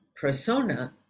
persona